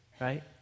right